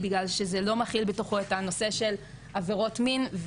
בגלל שזה לא מכיל בתוכו את הנושא של עבירות מין,